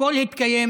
הכול התקיים